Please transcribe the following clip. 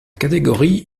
catégorie